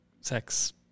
sex